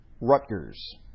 Rutgers